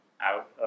out